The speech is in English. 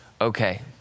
okay